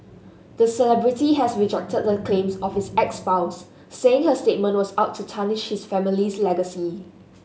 the celebrity has rejected the claims of his ex spouse saying her statement was out to tarnish his family's legacy